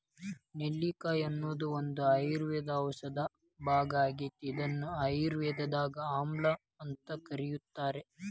ನೆಲ್ಲಿಕಾಯಿ ಅನ್ನೋದು ಒಂದು ಆಯುರ್ವೇದ ಔಷಧದ ಭಾಗ ಆಗೇತಿ, ಇದನ್ನ ಆಯುರ್ವೇದದಾಗ ಆಮ್ಲಾಅಂತ ಕರೇತಾರ